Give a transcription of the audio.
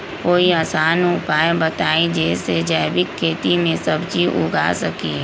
कोई आसान उपाय बताइ जे से जैविक खेती में सब्जी उगा सकीं?